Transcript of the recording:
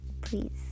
please